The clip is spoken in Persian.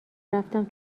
رفتم